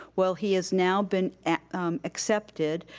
well, he has now been accepted,